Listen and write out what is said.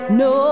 no